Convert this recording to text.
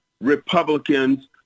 Republicans